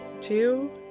two